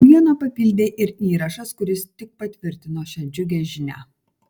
naujieną papildė ir įrašas kuris tik patvirtino šią džiugią žinią